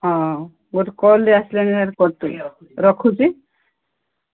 ହଁ ଗୋଟେ କଲ୍ଟେ ଆସିଲାଣିି ରଖୁଛି